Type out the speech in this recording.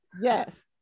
Yes